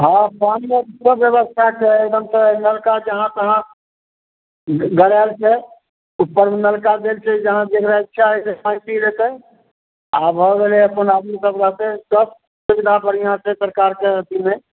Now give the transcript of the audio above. हँ पानिओ आर के ब्यवस्था छै एकदम सऽ नल के जहाँ तहाँ गड़ाएल छै उप्पर मे नलके देल छै जहाँ जेकरा इच्छा है से पानि पी लेतै आब भऽ गेलै अपन आदमी सब रहतै सब सुविधा बढ़िआँ छै सरकार के अथी मे